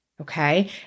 Okay